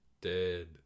dead